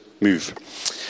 move